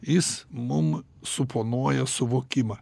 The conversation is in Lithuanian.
jis mum suponuoja suvokimą